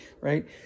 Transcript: right